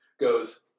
goes